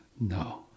No